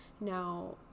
Now